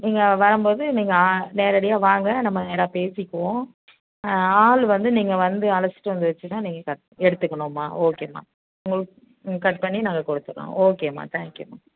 நீங்கள் வரம்போது நீங்கள் நேரடியாக வாங்க நம்ம எல்லாம் பேசிக்குவோம் ஆள் வந்து நீங்கள் வந்து அழைச்சிட்டு வந்துருச்சின்னா நீங்கள் கட் எடுத்துக்கணும்மா ஓகேம்மா உங்களுக்கு ம் கட் பண்ணி நாங்கள் கொடுத்துட்றோம் ஓகேம்மா தேங்க் யூ